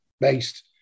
based